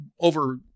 over